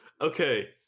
Okay